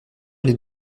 les